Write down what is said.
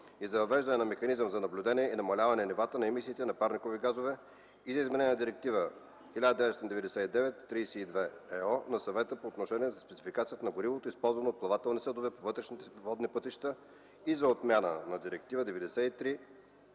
и за въвеждане на механизъм за наблюдение и намаляване нивата на емисиите на парникови газове, и за изменение на Директива 1999/32/ЕО на Съвета по отношение на спецификацията на горивото, използвано от плавателни съдове по вътрешните водни пътища, и за отмяна на Директива